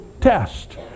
test